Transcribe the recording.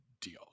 deal